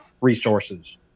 resources